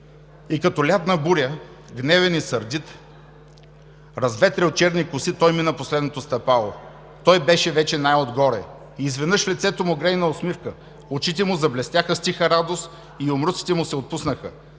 И като лятна буря, гневен и сърдит, разветрил черни коси, той мина последното стъпало. Той беше вече най-горе. Изведнъж в лицето му грейна усмивка, очите му заблестяха с тиха радост и юмруците му се отпуснаха.